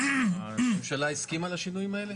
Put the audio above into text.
הממשלה הסכימה לדברים האלה?